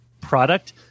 product